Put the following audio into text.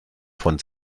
von